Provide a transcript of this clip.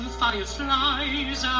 fireflies